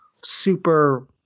super